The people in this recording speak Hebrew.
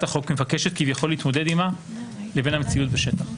החוק מבקשת כביכול להתמודד עמה לבין המציאות בשטח.